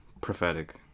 prophetic